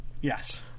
Yes